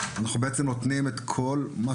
אנחנו נותנים בעצם את כל מה